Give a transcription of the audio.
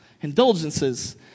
Indulgences